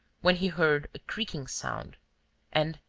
when he heard a creaking sound and,